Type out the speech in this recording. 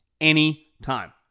anytime